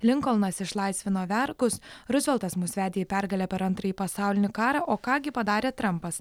linkolnas išlaisvino vergus ruzveltas mus vedė į pergalę per antrąjį pasaulinį karą o ką gi padarė trampas